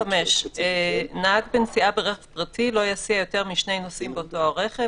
5. נהג בנסיעה ברכב פרטי לא יסיע יותר מ- 2 נוסעים באותו הרכב,